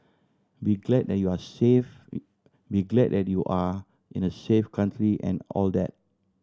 be glad that you are safe be glad that you are in a safe country and all that